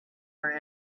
our